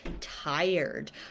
tired